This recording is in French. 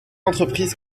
entreprise